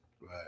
Right